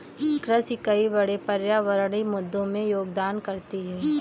कृषि कई बड़े पर्यावरणीय मुद्दों में योगदान करती है